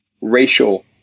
racial